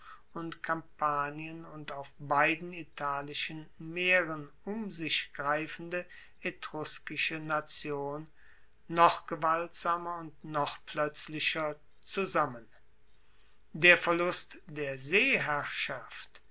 und kampanien und auf beiden italischen meeren um sich greifende etruskische nation noch gewaltsamer und noch ploetzlicher zusammen der verlust der seeherrschaft